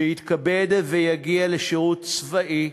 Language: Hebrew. שיתכבד ויגיע לשירות צבאי,